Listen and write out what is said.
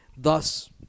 Thus